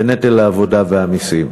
בנטל העבודה והמסים.